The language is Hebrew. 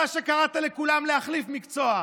אתה קראת לכולם להחליף מקצוע.